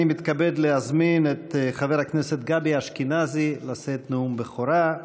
אני מתכבד להזמין את חבר הכנסת גבי אשכנזי לשאת נאום בכורה.